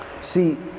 See